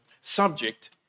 subject